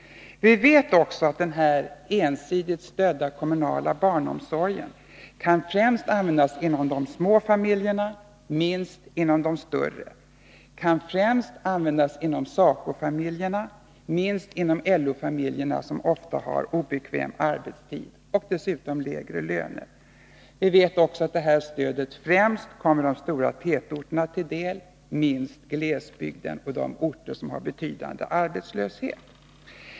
Vi vet också att den ensidigt stödda kommunala barnomsorgen främst kan användas av de små familjerna, minst av de större. Den kan bäst användas av SACO-familjerna och minst av LO-familjerna, som ofta har obekväm arbetstid och dessutom lägre löner. Vi vet också att detta stöd främst kommer de stora tätorterna till del, minst glesbygden och de orter som har betydande arbetslöshet.